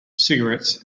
cigarettes